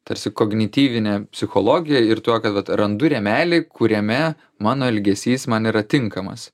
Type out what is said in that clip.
tarsi kognityvine psichologija ir tuo kad vat randu rėmelį kuriame mano elgesys man yra tinkamas